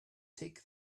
take